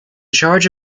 charge